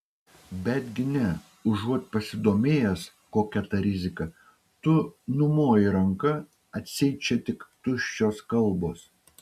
betgi ne užuot pasidomėjęs kokia ta rizika tu numojai ranka atseit čia tik tuščios kalbos